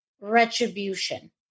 retribution